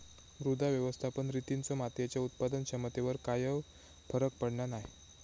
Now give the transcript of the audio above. मृदा व्यवस्थापन रितींचो मातीयेच्या उत्पादन क्षमतेवर कायव फरक पडना नाय